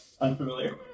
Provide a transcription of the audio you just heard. unfamiliar